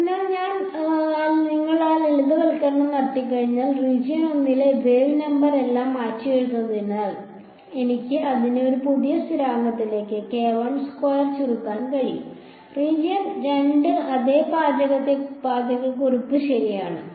അതിനാൽ നിങ്ങൾ ആ ലളിതവൽക്കരണം നടത്തിക്കഴിഞ്ഞാൽ റീജിയൻ 1 ലെ വേവ് നമ്പർ എല്ലാം മാറ്റിയെഴുതിയതിനാൽ എനിക്ക് അതിനെ ഒരു പുതിയ സ്ഥിരാങ്കത്തിലേക്ക് ചുരുക്കാൻ കഴിയും റീജിയൻ 2 അതേ പാചകക്കുറിപ്പ് ശരിയാണ്